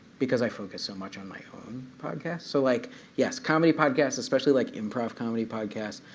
because i focus so much on my own podcasts. so like yes, comedy podcasts, especially like improv comedy podcasts.